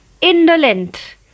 indolent